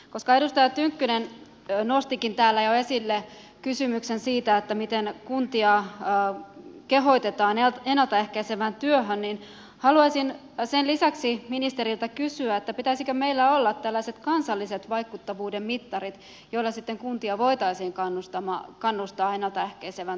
koska edustaja tynkkynen nostikin täällä jo esille kysymyksen siitä miten kuntia kehotetaan ennalta ehkäisevään työhön haluaisin sen lisäksi ministeriltä kysyä pitäisikö meillä olla tällaiset kansalliset vaikuttavuuden mittarit joilla sitten kuntia voitaisiin kannustaa ennalta ehkäisevän työn tekemiseen